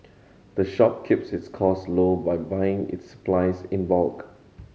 the shop keeps its cost low by buying its supplies in bulk